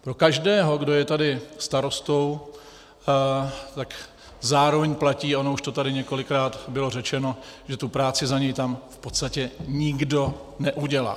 Pro každého, kdo je tady starostou, zároveň platí, ono už to tady několikrát bylo řečeno, že tu práci za něj tam v podstatě nikdo neudělá.